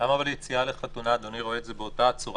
למה אדוני רואה יציאה לחתונה באותה צורה?